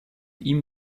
ihm